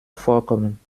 vorkommen